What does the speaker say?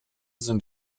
sind